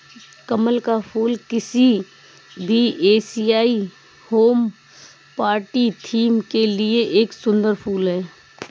कमल का फूल किसी भी एशियाई होम पार्टी थीम के लिए एक सुंदर फुल है